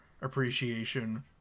appreciation